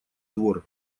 двор